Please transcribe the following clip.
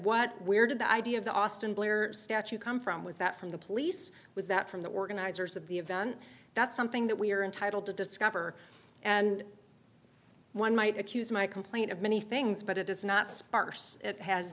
what where did the idea of the austin blair statue come from was that from the police was that from that we're going to users of the event that's something that we are entitled to discover and one might accuse my complaint of many things but it is not sparse it has